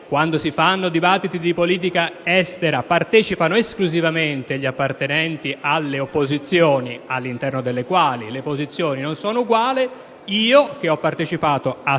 quando si fanno dibattiti di politica estera partecipano esclusivamente gli appartenenti alle opposizioni, all'interno delle quali le posizioni non sono uguali. Per tutte queste